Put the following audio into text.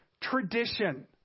tradition